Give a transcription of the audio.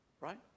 right